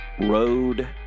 Road